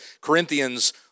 Corinthians